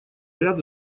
ряд